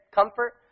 comfort